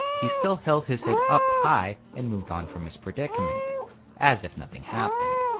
he still held his head up high and moved on from his predicament as if nothing happened.